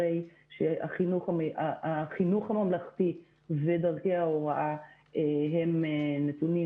הרי החינוך הממלכתי ודרכי ההוראה נתונים,